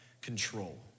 control